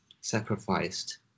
sacrificed